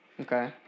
Okay